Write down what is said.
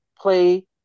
play